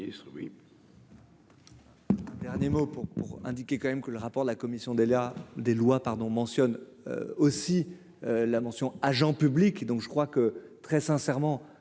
Dernier mot pour pour indiquer quand même que le rapport de la commission des là des lois pardon mentionne aussi la mention agent public, donc je crois que très sincèrement